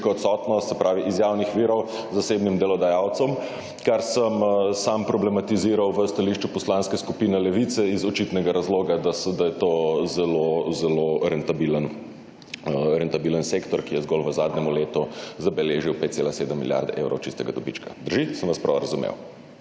odsotnost, se pravi iz javnih virov zasebnim delodajalcem, kar sem sam problematiziral v stališču Poslanske skupine Levica iz očitnega razloga, da je to zelo zelo rentabilen sektor, ki je zgolj v zadnjem letu zabeležil 5,7 milijarde evrov čistega dobička. Drži? Sem vas prav razumel?